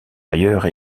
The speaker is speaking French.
ailleurs